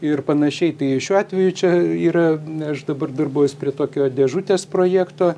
ir panašiai tai šiuo atveju čia yra aš dabar darbuojuos prie tokio dėžutės projekto